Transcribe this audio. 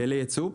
לייצוא.